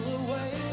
away